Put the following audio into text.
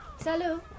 Salut